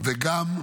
וגם,